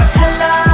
hello